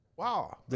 Wow